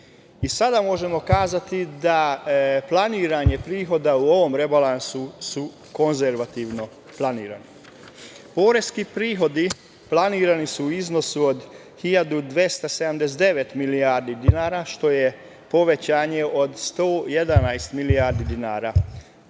I sada možemo kazati da je planiranje prihoda u ovom rebalansu konzervativno. Poreski prihodi planirani su u iznosu od 1.279 milijardi dinara, što je povećanje od 111 milijardi dinara za